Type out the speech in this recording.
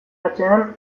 atzean